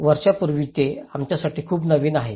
वर्षांपूर्वी जे आमच्यासाठी खूप नवीन आहे